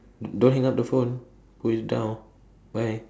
don't hang up the phone put it down bye